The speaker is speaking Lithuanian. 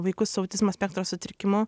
vaikus su autizmo spektro sutrikimu